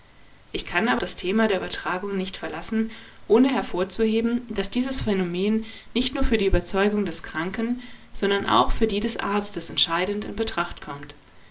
ich kann aber das thema der übertragung nicht verlassen ohne hervorzuheben daß dieses phänomen nicht nur für die überzeugung des kranken sondern auch für die des arztes entscheidend in betracht kommt